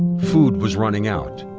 food was running out,